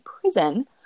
prison